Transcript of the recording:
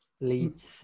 leads